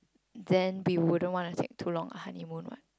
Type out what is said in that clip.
then we wouldn't wanna take took long of honeymoon what